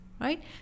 Right